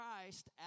Christ